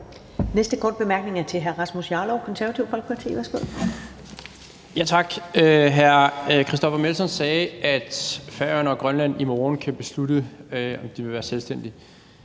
næste korte bemærkning er til hr. Rasmus Jarlov, De Konservative.